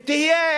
ותהיה,